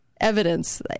Evidence